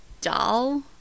doll